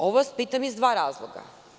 Ovo vas pitam iz dva razloga.